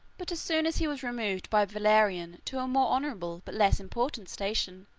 but as soon as he was removed by valerian to a more honorable but less important station,